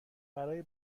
برای